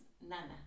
nana